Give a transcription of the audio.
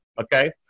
Okay